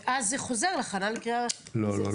ואז זה חוזר להכנה לקריאה --- לא.